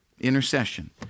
intercession